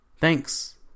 thanks